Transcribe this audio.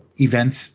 events